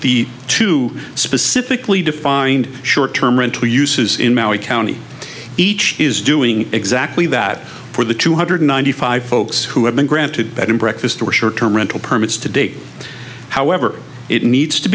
the two specifically defined short term rental uses in maui county each is doing exactly that for the two hundred ninety five folks who have been granted bed and breakfast or short term rental permits to date however it needs to